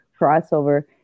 crossover